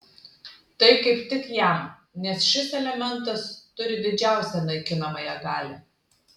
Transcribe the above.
tai kaip tik jam nes šis elementas turi didžiausią naikinamąją galią